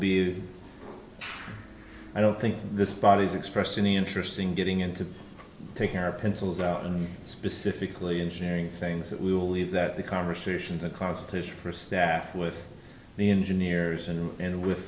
be i don't think this body is expressed any interest in getting into taking our pencils out and specifically engineering things that we will leave that the conversation the competition for staff with the engineers and with